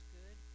good